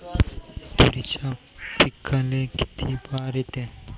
तुरीच्या पिकाले किती बार येते?